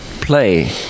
play